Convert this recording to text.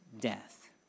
death